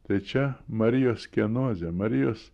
tai čia marijos kienozė marijos